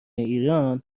ایران